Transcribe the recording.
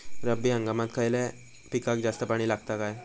रब्बी हंगामात खयल्या पिकाक जास्त पाणी लागता काय?